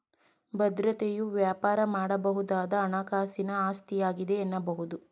ಭದ್ರತೆಯು ವ್ಯಾಪಾರ ಮಾಡಬಹುದಾದ ಹಣಕಾಸಿನ ಆಸ್ತಿಯಾಗಿದೆ ಎನ್ನಬಹುದು